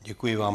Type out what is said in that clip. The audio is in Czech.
Děkuji vám.